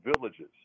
villages